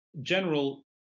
General